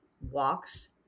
walks